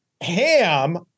ham